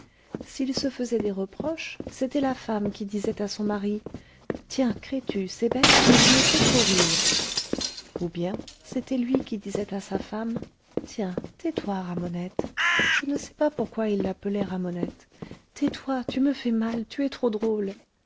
s'ils se faisaient des reproches c'était la femme qui disait à son mari tiens crétu c'est bête mais tu me fais trop rire ou bien c'était lui qui disait à sa femme tiens tais-toi ramonette je ne sais pas pourquoi il l'appelait ramonette tais-toi tu me fais mal tu es trop drôle